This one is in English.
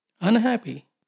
unhappy